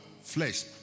Flesh